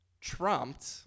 trumped